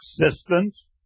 existence